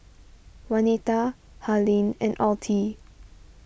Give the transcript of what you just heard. Juanita Harlene and Altie